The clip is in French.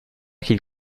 qu’il